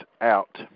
out